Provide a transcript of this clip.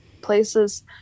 places